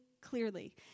clearly